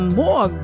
more